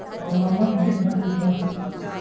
مسجد مسجد مسجد مسجد